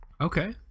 Okay